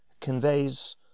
conveys